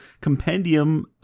compendium